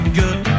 good